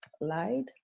lied